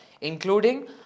including